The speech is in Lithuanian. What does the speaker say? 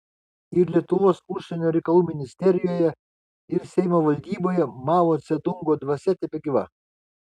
ir lietuvos užsienio reikalų ministerijoje ir seimo valdyboje mao dzedungo dvasia tebegyva